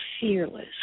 fearless